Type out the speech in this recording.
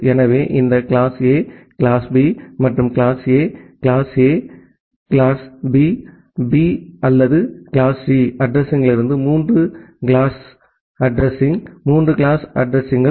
எனவே இந்த class A class B மற்றும் கிளாஸ்A கிளாஸ்A கிளாஸ்B B அல்லது கிளாஸ்C அட்ரஸிங்யிலிருந்து 3 கிளாஸ்அட்ரஸிங் 3 கிளாஸ்அட்ரஸிங்